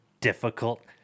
difficult